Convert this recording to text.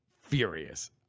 furious